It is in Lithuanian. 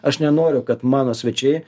aš nenoriu kad mano svečiai